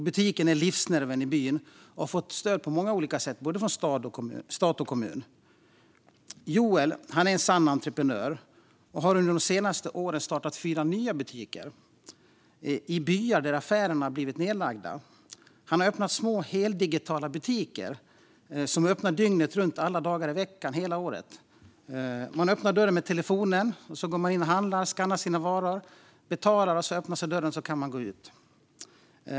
Butiken är livsnerven i byn och har fått stöd på många olika sätt, från både stat och kommun. Joel är en sann entreprenör och har under de senaste åren startat fyra nya butiker i byar där affärerna har blivit nedlagda. Han har öppnat små heldigitala butiker som är öppna dygnet runt alla dagar i veckan hela året. Man öppnar dörren med telefonen, skannar sina varor och betalar. Sedan öppnas dörren och man kan gå ut.